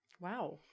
Wow